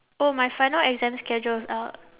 oh my final exam schedule is out